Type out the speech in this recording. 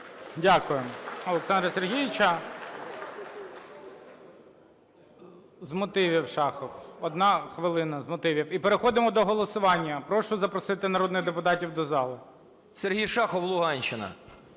Дякую, Олександре Сергійовичу. З мотивів, Шахов, одна хвилина, з мотивів. І переходимо до голосування. Прошу запросити народних депутатів до залу. 18:04:50 ШАХОВ С.В. Сергій Шахов, Луганщина.